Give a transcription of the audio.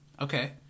Okay